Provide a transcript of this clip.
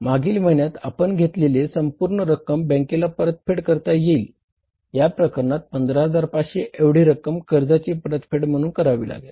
मागील महिन्यात आपण घेतलेली संपूर्ण रक्कम बँकेला परतफेड करता येईल या प्रकरणात 15500 एवढी रक्कम कर्जाची परतफेड म्हणून करावी लागेल